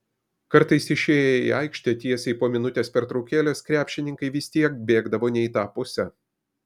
kartais išėję į aikštę tiesiai po minutės pertraukėlės krepšininkai vis tiek bėgdavo ne į tą pusę